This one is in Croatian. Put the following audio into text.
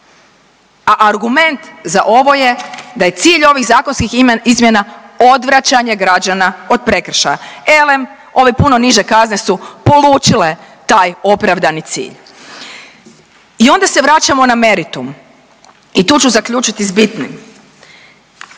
A argument za ovo je da je cilj ovih zakonskih izmjena odvraćanje građana od prekršaja elem ove puno niže kazne su polučile taj opravdani cilj. I onda se vraćamo na meritum i tu ću zaključiti s bitnim.